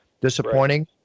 Disappointing